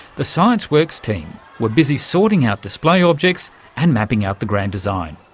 the scienceworks team were busy sorting out display objects and mapping out the grand design.